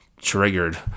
triggered